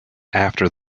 after